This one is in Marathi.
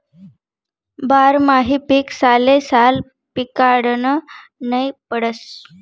बारमाही पीक सालेसाल पिकाडनं नै पडस